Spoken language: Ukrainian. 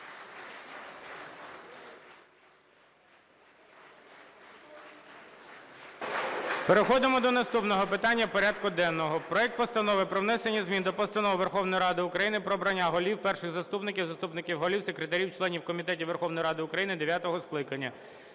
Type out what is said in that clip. Переходимо до наступного питання порядку денного. Проект Постанови про внесення змін до Постанови Верховної Ради України "Про обрання голів, перших заступників, заступників голів, секретарів, членів комітетів Верховної Ради України дев’ятого скликання".